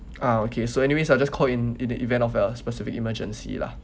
ah okay so anyway so I just call in in the event of a specific emergency lah